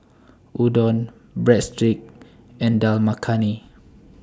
Udon Breadsticks and Dal Makhani